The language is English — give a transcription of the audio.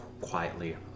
quietly